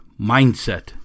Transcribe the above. Mindset